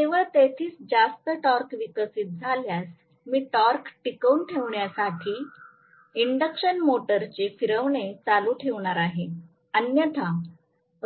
केवळ तेथेच जास्त टॉर्क विकसित झाल्यास मी टॉर्क टिकवून ठेवण्यासाठी इंडक्शन मोटरचे फिरविणे चालू ठेवणार आहे अन्यथा